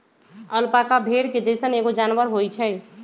alpaca भेड़ के जइसन एगो जानवर होई छई